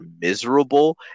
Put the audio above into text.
miserable